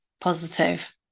positive